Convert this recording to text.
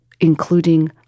including